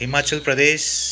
Himachal Pradesh